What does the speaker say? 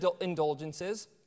indulgences